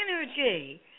energy